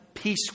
Peace